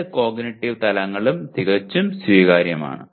രണ്ട് കോഗ്നിറ്റീവ് തലങ്ങളിലും തികച്ചും സ്വീകാര്യമാണ്